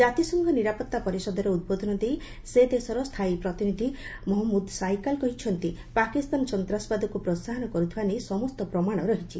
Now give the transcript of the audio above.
ଜାତିସଂଘ ନିରାପତ୍ତା ପରିଷଦରେ ଉଦ୍ବୋଧନ ଦେଇ ସେ ଦେଶର ସ୍ଥାୟୀ ପ୍ରତିନିଧି ମହଞ୍ଚୁଦ ସଇକାଲ୍ କହିଛନ୍ତି ପାକିସ୍ତାନ ସନ୍ତାସବାଦକୁ ପ୍ରୋହାହନ କରୁଥିବା ନେଇ ସମସ୍ତ ପ୍ରମାଣ ରହିଛି